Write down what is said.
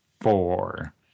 four